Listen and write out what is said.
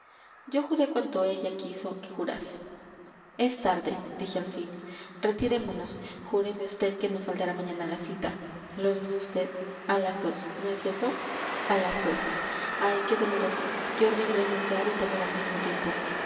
yo juré cuanto ella quiso que jurase es tarde dije al fin retirémonos júreme vd que no faltará mañana a la cita lo duda vd a las dos no es eso a las dos ay qué doloroso qué horrible es desear y temer al mismo tiempo